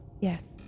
yes